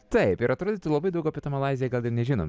taip ir atrodytų labai daug apie tą malaiziją gal ir nežinom